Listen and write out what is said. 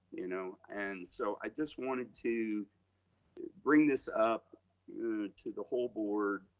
you know and so i just wanted to bring this up to the whole board,